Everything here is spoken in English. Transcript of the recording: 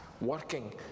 working